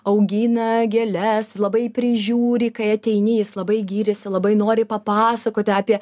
augina gėles labai prižiūri kai ateini jis labai gyrėsi labai nori papasakoti apie